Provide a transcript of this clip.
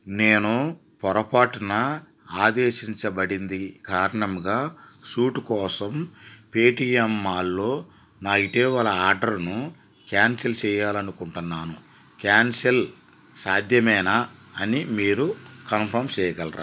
నేను పొరపాటున ఆదేశించబడింది కారణంగా సూటు కోసం పేటీఎం మాల్లో నా ఇటీవల ఆర్డర్ను క్యాన్సిల్ చేయాలి అనుకుంటున్నాను క్యాన్సిల్ సాధ్యమేనా అని మీరు కన్ఫామ్ చేయగలరా